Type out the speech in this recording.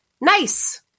Nice